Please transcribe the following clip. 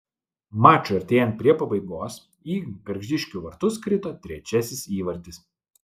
mačui artėjant prie pabaigos į gargždiškių vartus krito trečiasis įvartis